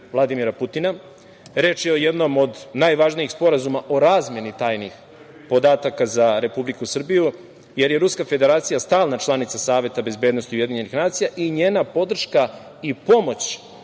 i njena podrška i pomoć